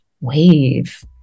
wave